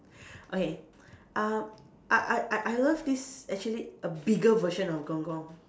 okay uh I I I I love this actually a bigger version of gong-gong